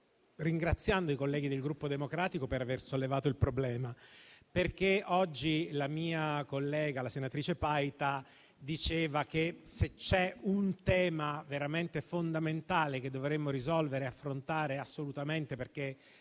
ringraziando i colleghi del Gruppo Partito democratico per aver sollevato il problema, perché oggi la mia collega, senatrice Paita, diceva che, se c'è un tema veramente fondamentale, che dovremmo risolvere e affrontare assolutamente, perché